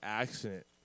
accident